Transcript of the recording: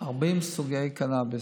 40 סוגי קנביס,